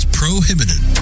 prohibited